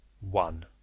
one